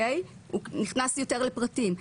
הוא נכנס יותר לפרטים.